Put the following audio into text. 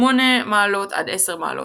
8°-10° +/-.